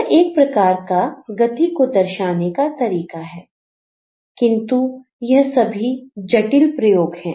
यह एक प्रकार का गति को दर्शाने का तरीका है किंतु यह सभी जटिल प्रयोग हैं